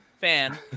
fan